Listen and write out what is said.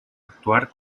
actuar